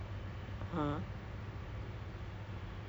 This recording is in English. then they say that you can straightaway